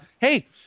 hey